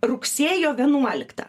rugsėjo vienuoliktą